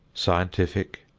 scientific,